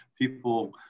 people